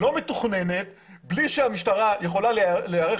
לא מתוכננת בלי שהמשטרה יכולה להיערך